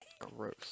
Gross